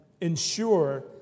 ensure